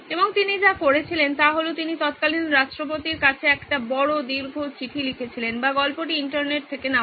এবং তিনি যা করেছিলেন তাহলো তিনি তৎকালীন রাষ্ট্রপতির কাছে একটি বড় দীর্ঘ চিঠি লিখেছিলেন বা গল্পটি ইন্টারনেট থেকে নেওয়া